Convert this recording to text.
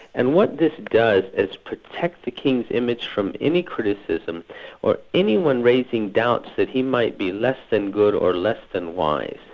and what this does is protect the king's image from any criticism or anyone raising doubts that he might be less than good or less than wise,